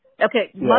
Okay